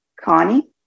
Connie